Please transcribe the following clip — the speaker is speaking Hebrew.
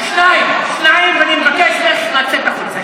שתיים, שתיים, ואני מבקש ממך לצאת החוצה.